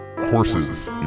horses